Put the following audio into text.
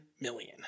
million